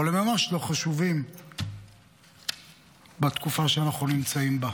אבל הם ממש לא חשובים בתקופה שאנחנו נמצאים בה.